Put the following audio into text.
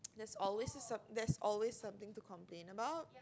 there's always a some there's always something to complain about